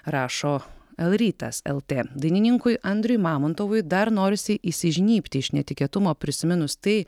rašo l rytas lt dainininkui andriui mamontovui dar norisi įžnybti iš netikėtumo prisiminus tai